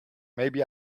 maybe